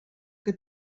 que